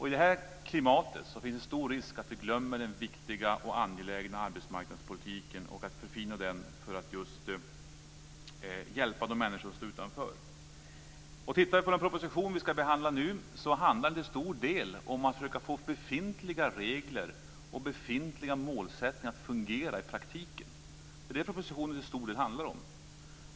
I det här klimatet finns det en stor risk att vi glömmer den viktiga och angelägna arbetsmarknadspolitiken och att förfina den för att hjälpa de människor som står utanför. Den proposition som vi nu behandlar handlar till stor del om att försöka få befintliga regler och målsättningar att fungera i praktiken. Det är till stor del det som propositionen handlar om.